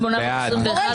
1,193 מי בעד?